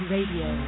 Radio